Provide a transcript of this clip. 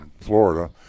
Florida